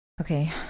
Okay